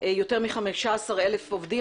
יותר מ-15,000 עובדים.